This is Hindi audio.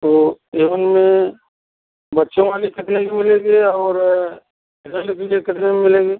तो ए वन में बच्चों वाली कितने की मिलेगी और गहले के लिए कितने में मिलेगी